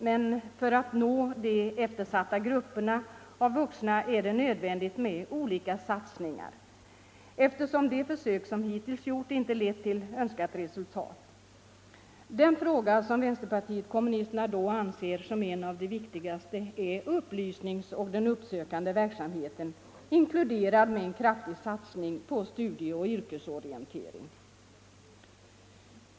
Men för att nå de eftersatta grupperna av vuxna är det nödvändigt med olika satsningar, eftersom de försök som hittills gjorts inte lett till önskat resultat. Den fråga som vänsterpartiet kommunisterna då anser som en av de viktigaste är upplysningsverksamhet och uppsökande verksamhet inkl. en kraftig satsning på studieoch yrkesorientering.